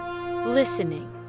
Listening